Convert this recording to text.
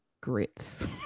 grits